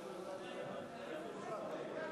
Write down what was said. (זיכוי וניכוי בגין הוצאות טיפול בילדים),